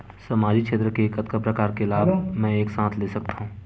सामाजिक क्षेत्र के कतका प्रकार के लाभ मै एक साथ ले सकथव?